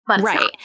Right